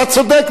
נגמר.